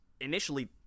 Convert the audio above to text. initially